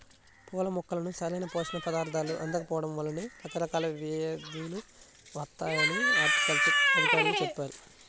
పూల మొక్కలకు సరైన పోషక పదార్థాలు అందకపోడం వల్లనే రకరకాల వ్యేదులు వత్తాయని హార్టికల్చర్ అధికారులు చెప్పారు